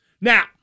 Now